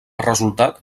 resultat